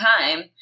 time